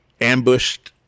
ambushed